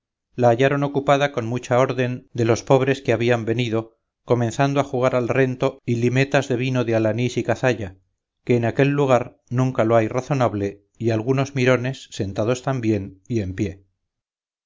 la hallaron ocupada con mucha orden de los pobres que habían venido comenzando a jugar al rento y limetas de vino de alanís y cazalla que en aquel lugar nunca lo hay razonable y algunos mirones sentados también y en pie